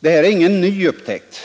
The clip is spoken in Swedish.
Det här är ingen ny upptäckt.